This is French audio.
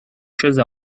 choses